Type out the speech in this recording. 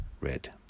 red